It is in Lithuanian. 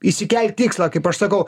išsikelt tikslą kaip aš sakau